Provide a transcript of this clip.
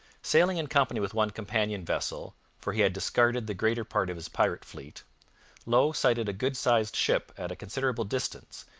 sailing in company with one companion vessel for he had discarded the greater part of his pirate fleet low sighted a good-sized ship at a considerable distance,